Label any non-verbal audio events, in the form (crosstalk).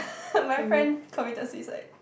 (laughs) my friend committed suicide